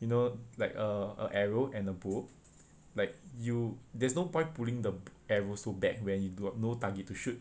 you know like uh a arrow and a bow like you there's no point pulling the arrow so back when you've got no target to shoot